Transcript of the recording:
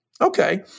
Okay